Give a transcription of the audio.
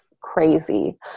crazy